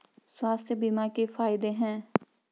स्वास्थ्य बीमा के फायदे हैं?